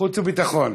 חוץ וביטחון.